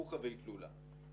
חוכא ואטלולא,